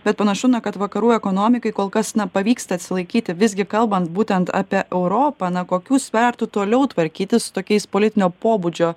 bet panašu na kad vakarų ekonomikai kol kas na pavyksta atsilaikyti visgi kalbant būtent apie europą na kokių svertų toliau tvarkytis su tokiais politinio pobūdžio